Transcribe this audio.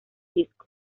disco